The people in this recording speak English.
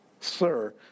Sir